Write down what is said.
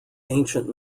ancient